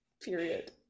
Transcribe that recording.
Period